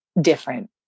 different